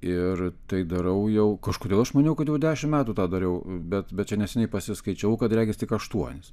ir tai darau jau kažkodėl aš maniau kad jau dešimt metų tą dariau bet bet čia neseniai pasiskaičiavau kad regis tik aštuonis